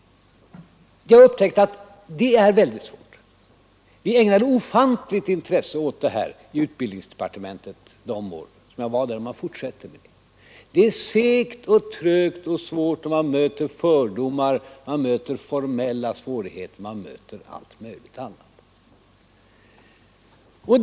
Jag har upptäckt att den här frågan är väldigt svår. Vi ägnade ofantligt intresse åt den i utbildningsdepartementet de år jag var där, och man fortsätter med det. Det är segt och trögt och svårt, och man möter fördomar, man möter formella svårigheter, man möter allt möjligt annat.